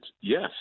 yes